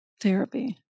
therapy